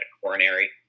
coronary